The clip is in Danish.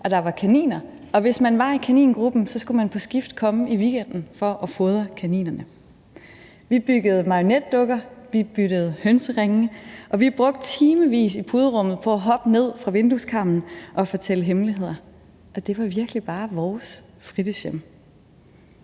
og der var kaniner. Og hvis man var i kaningruppen, skulle man på skift komme i weekenden for at fodre kaninerne. Vi byggede marionetdukker, vi byttede hønseringe, og vi brugte timer i puderummet på at hoppe ned fra vindueskarmen og fortælle hemmeligheder. Og det var virkelig bare vores fritidshjem.